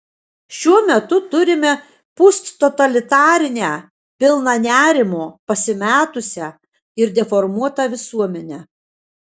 šiuo metu turime posttotalitarinę pilną nerimo pasimetusią ir deformuotą visuomenę